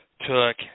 took